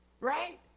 Right